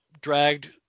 dragged